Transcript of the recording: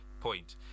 point